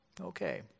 Okay